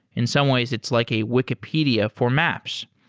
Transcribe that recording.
in some ways, it's like a wikipedia for maps.